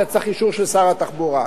אתה צריך אישור של שר התחבורה.